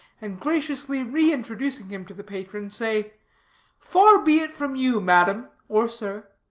and graciously reintroducing him to the patron, say far be it from you, madam, or sir,